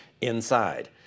inside